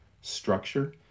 structure